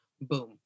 boom